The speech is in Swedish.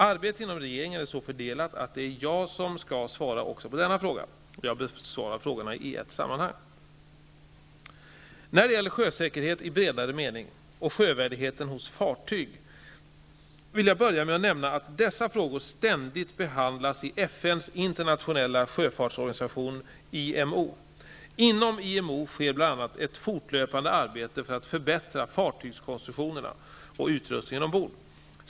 Arbetet inom regeringen är så fördelat att det är jag som skall svara också på denna fråga. Jag besvarar frågorna i ett sammanhang. När det gäller sjösäkerhet i bredare mening och sjövärdigheten hos fartyg vill jag börja med att nämna att dessa frågor ständigt behandlas i FN:s internationella sjöfartsorganisation IMO. Inom IMO sker bl.a. ett fortlöpande arbete för att förbättra fartygskonstruktionerna och utrustningen ombord.